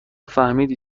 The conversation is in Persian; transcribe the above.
فهمیدی